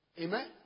Amen